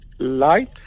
Light